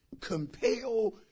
compel